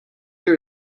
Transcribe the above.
your